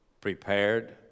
prepared